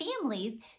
families